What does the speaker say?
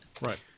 Right